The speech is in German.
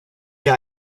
hier